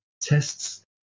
Tests